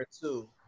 two